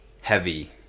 heavy